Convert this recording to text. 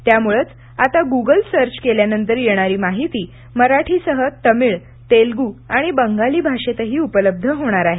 त्यामुळेच आता Google search केल्यानंतर येणारी माहिती मराठीसह तमिळ तेलगू आणि बगाली भाषेतही उपलब्ध होणार आहे